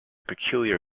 peculiar